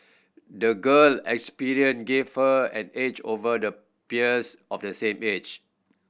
the girl experience gave her an edge over her peers of the same age